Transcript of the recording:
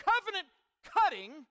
covenant-cutting